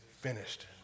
finished